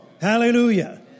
Hallelujah